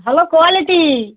ভালো কোয়ালিটি